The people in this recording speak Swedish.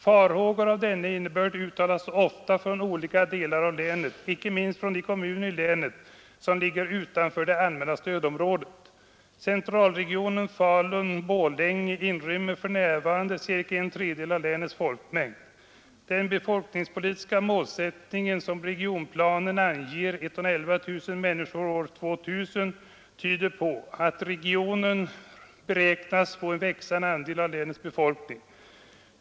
Farhågor av denna innebörd uttalas ofta från olika delar av länet, inte minst från de kommuner i länet som ligger utanför det allmänna stödområdet. Centralregionen Borlänge-Falun inrymmer f.n. cirka en tredjedel av länets folkmängd. Den befolkningspolitiska målsättning som regionplanen anger, 111 000 människor år 2000, tyder på att regionen beräknas få en växande andel av länets folkmängd.